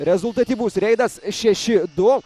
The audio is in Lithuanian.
rezultatyvus reidas šeši du